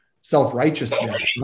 self-righteousness